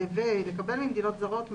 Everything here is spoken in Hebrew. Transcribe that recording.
ולקבל ממדינות זרות,